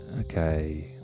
Okay